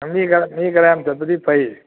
ꯃꯤ ꯈꯔ ꯃꯤ ꯈꯔ ꯌꯥꯝ ꯆꯠꯄꯗꯤ ꯐꯩ